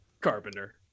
Carpenter